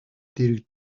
дэргэд